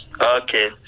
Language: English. Okay